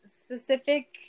specific